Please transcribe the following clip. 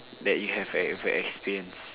that you have ever experience